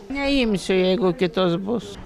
neimsiu jeigu kitos bus